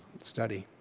study.